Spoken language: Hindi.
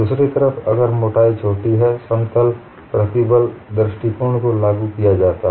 दूसरी तरफ अगर मोटाई छोटी है समतल प्रतिबल दृष्टिकोण को लागू किया जाता है